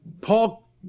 Paul